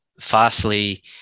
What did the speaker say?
fastly